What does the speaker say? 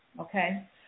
okay